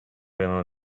pero